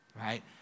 right